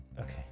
okay